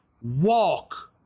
walk